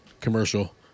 commercial